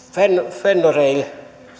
fenniarail